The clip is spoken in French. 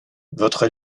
votre